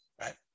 right